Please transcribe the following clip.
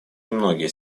немногие